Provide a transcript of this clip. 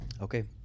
okay